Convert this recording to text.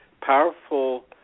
powerful